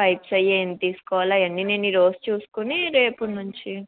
pipes అవన్నీ ఏం తీస్కోవాలి అవన్నీ నేను ఈరోజు చూసుకొని రేపటి నుంచి